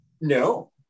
no